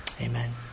Amen